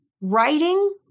Writing